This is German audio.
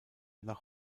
nach